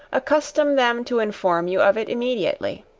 accustom them to inform you of it immediately.